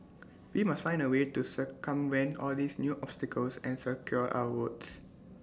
we must find A way to circumvent all these new obstacles and secure our votes